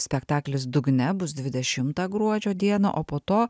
spektaklis dugne bus dvidešimtą gruodžio dieną o po to